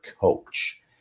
coach